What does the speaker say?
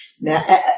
now